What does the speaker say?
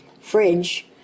fridge